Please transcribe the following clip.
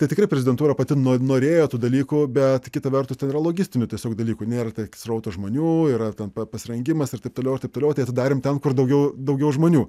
tai tikrai prezidentūra pati norėjo tų dalykų bet kita vertus ten yra logistinių tiesiog dalykų nėra tiek srauto žmonių yra ten pa pasirengimas ir taip toliau ir taip toliau tai atidarėm ten kur daugiau daugiau žmonių